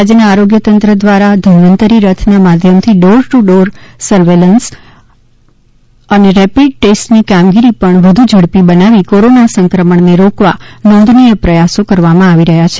રાજ્યના આરોગ્યતંત્ર દ્વારા ધન્વંતરી રથના માધ્યમથી ડોર ટુ ડોર સર્વેલન્સ અ રેપીડ ટેસ્ટની કામગીરી વધુ ઝડપી બનાવી કોરોના સંક્રમણને રોકવા નોંધનીય પ્રયાસો કરવામાં આવી રહ્યા છે